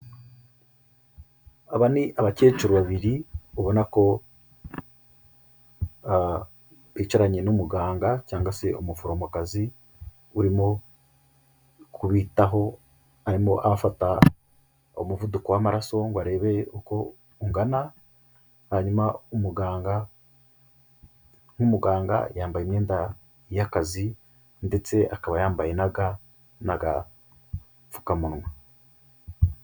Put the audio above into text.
Aba ni abakecuru babiri ubona ko bicaranye n'umuganga cyangwa se umuforomokazi, urimo kubitaho arimo afata umuvuduko w'amaraso, ngo arebe uko ungana hanyuma umuganga nk'umuganga yambaye imyenda y'akazi ndetse akaba yambaye n'agapfukamunwa.